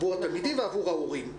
עבור התלמידים ועבור ההורים.